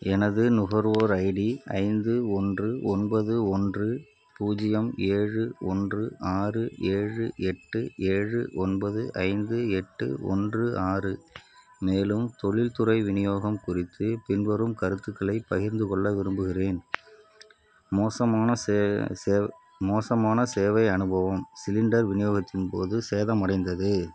எனது நுகர்வோர் ஐடி ஐந்து ஒன்று ஒன்பது ஒன்று பூஜ்ஜியம் ஏழு ஒன்று ஆறு ஏழு எட்டு ஏழு ஒன்பது ஐந்து எட்டு ஒன்று ஆறு மேலும் தொழில்துறை விநியோகம் குறித்து பின்வரும் கருத்துக்களைப் பகிர்ந்துகொள்ள விரும்புகிறேன் மோசமான சே சேவ் மோசமான சேவை அனுபவம் சிலிண்டர் விநியோகத்தின் போது சேதமடைந்தது